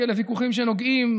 כי אלה ויכוחים שנוגעים,